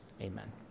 Amen